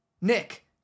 Nick